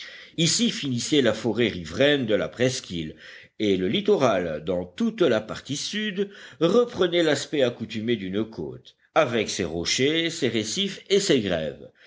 ici finissait la forêt riveraine de la presqu'île et le littoral dans toute la partie sud reprenait l'aspect accoutumé d'une côte avec ses rochers ses récifs et ses grèves